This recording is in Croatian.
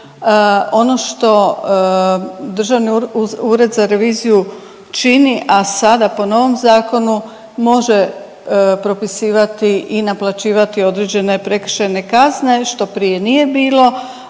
Ono što Državni ured za reviziju čini, a sada po novom zakonu može propisivati i naplaćivati određene prekršajne kazne što prije nije bilo,